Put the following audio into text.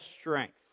strength